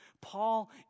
Paul